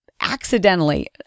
accidentally